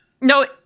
No